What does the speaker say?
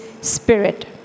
spirit